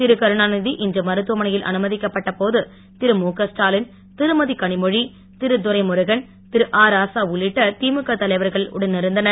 திருகருணாநிதி இன்று மருத்துவமனையில் அனுமதிக்கப்பட்ட போது இருமுகஸ்டாலின் திருமதிகனிமொழி திருதுரைமுருகன் திருஅராசா உள்ளிட்ட திமுக தலைவர்கள் உடனிருந்தனர்